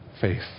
faith